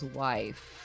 wife